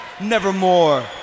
nevermore